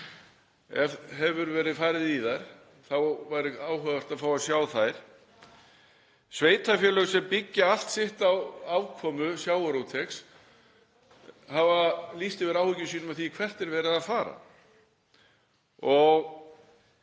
Hefur verið farið í þær? Þá væri áhugavert að fá að sjá þær. Sveitarfélög sem byggja allt sitt á afkomu sjávarútvegs hafa lýst yfir áhyggjum sínum af því hvert er verið að fara og,